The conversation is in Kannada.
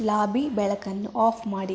ಲಾಬಿ ಬೆಳಕನ್ನು ಆಫ್ ಮಾಡಿ